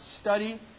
study